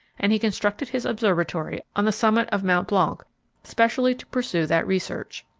and he constructed his observatory on the summit of mount blanc specially to pursue that research.